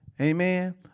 Amen